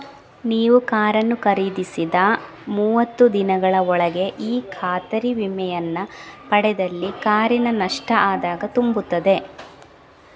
ನೀವು ಕಾರನ್ನು ಖರೀದಿಸಿದ ಮೂವತ್ತು ದಿನಗಳ ಒಳಗೆ ಈ ಖಾತರಿ ವಿಮೆಯನ್ನ ಪಡೆದಲ್ಲಿ ಕಾರಿನ ನಷ್ಟ ಆದಾಗ ತುಂಬುತ್ತದೆ